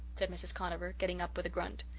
said mrs. conover, getting up with a grunt.